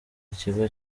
ikigo